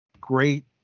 great